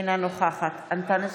אינה נוכחת אנטאנס